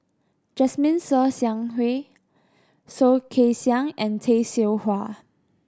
Jasmine Ser Xiang Wei Soh Kay Siang and Tay Seow Huah